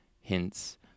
hints